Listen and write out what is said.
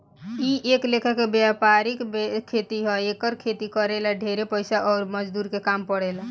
इ एक लेखा के वायपरिक खेती ह एकर खेती करे ला ढेरे पइसा अउर मजदूर के काम पड़ेला